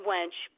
Wench